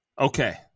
okay